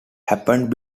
happened